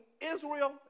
Israel